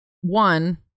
One